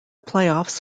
playoffs